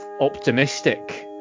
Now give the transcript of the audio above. optimistic